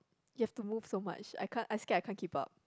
you have to move so much I can't I scare I can't keep up